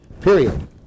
Period